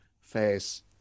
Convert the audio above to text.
face